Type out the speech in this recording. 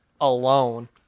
alone